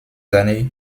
années